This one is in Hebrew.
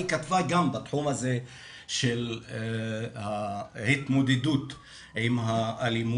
היא כתבה גם בתחום הזה של ההתמודדות עם האלימות